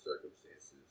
circumstances